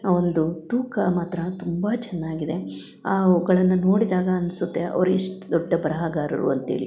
ಆ ಒಂದು ತೂಕ ಮಾತ್ರ ತುಂಬ ಚೆನ್ನಾಗಿದೆ ಅವುಗಳನ್ನ ನೋಡಿದಾಗ ಅನಿಸುತ್ತೆ ಅವ್ರು ಎಷ್ಟು ದೊಡ್ಡ ಬರಹಗಾರರು ಅಂತೇಳಿ